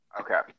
okay